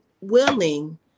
willing